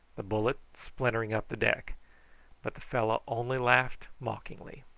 the bullet splintering up the deck but the fellow only laughed mockingly.